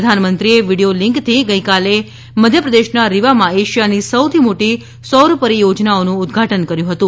પ્રધાનમંત્રીએ વિડીયો લીંકથી ગઇકાલે મધ્યપ્રદેશના રીવામાં એશિયાની સૌથી મોટી સૌર પરીયોજનાનું ઉદઘાટન કર્યુ હતું